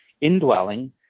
indwelling